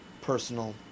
personal